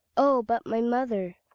oh, but my mother,